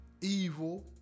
evil